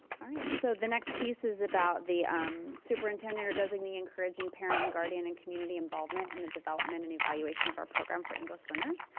alright so the next piece is about the superintendent or designee encouraging parent and guardian and community involvement in the development and evaluation of our program for english learners.